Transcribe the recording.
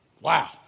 Wow